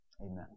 Amen